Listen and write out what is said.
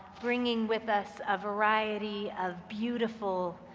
bringing with us a variety of beautiful,